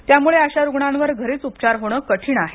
त्यामुळे अशा रुग्णांवर घरीच उपचार होणे कठीण आहे